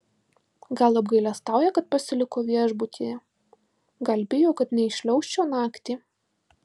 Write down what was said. gal apgailestauja kad pasiliko viešbutyje gal bijo kad neįšliaužčiau naktį